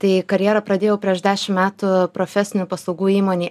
tai karjerą pradėjau prieš dešim metų profesinių paslaugų įmonėj